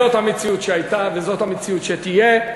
זאת המציאות שהייתה וזאת המציאות שתהיה,